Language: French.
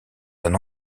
d’un